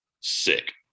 sick